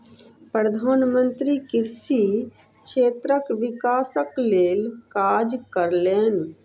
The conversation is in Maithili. प्रधान मंत्री कृषि क्षेत्रक विकासक लेल काज कयलैन